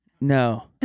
No